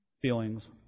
feelings